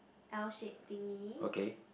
L shape thingy